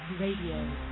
Radio